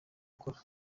gukora